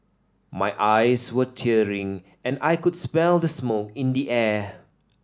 my eyes were tearing and I could smell the smoke in the air